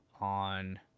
on